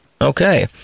Okay